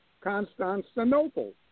Constantinople